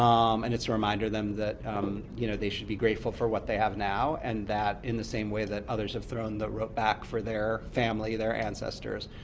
um and it's a reminder to them that you know they should be grateful for what they have now, and that in the same way that others have thrown the rope back for their family, their ancestors,